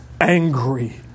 angry